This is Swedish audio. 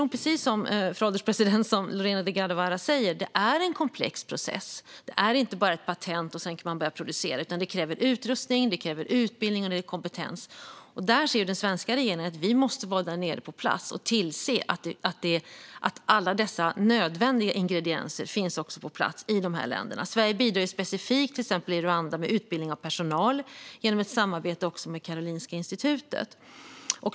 Precis som Lorena Delgado Varas säger är vaccinproduktion en komplex process. Det är inte bara ett patent, och sedan kan man börja producera. Det krävs utrustning, utbildning och kompetens. Den svenska regeringen ser därför att Sverige måste vara på plats och tillse att alla nödvändiga ingredienser finns på plats i dessa länder. I till exempel Rwanda bidrar Sverige specifikt med utbildning av personal genom ett samarbete med Karolinska institutet.